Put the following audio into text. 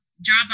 job